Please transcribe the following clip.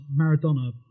Maradona